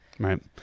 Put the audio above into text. Right